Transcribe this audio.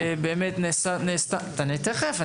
תיכף.